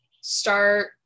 start